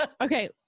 Okay